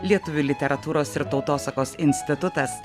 lietuvių literatūros ir tautosakos institutas